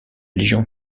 légion